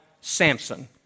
Samson